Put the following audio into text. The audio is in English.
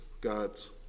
God's